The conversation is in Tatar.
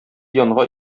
янга